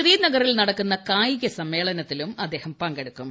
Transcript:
ശ്രീനഗറിൽ നടക്കുന്ന കായിക സമ്മേളനത്തിൽ അദ്ദേഹം പങ്കെടുക്കും